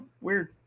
Weird